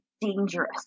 dangerous